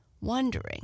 wondering